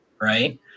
right